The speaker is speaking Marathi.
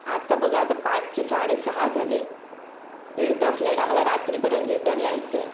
आता बघा आता पाचचे साडे सहा झाले दीड तास लेट आम्हाला रात्री परत रिटन यायचं आहे